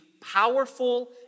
powerful